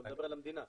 אתה מדבר על המדינה.